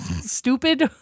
stupid